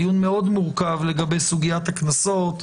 דיון מאוד מורכב לגבי סוגיית הקנסות,